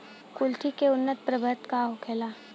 कुलथी के उन्नत प्रभेद का होखेला?